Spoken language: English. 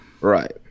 Right